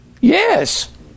Yes